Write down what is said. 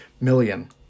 million